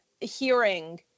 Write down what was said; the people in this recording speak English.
hearing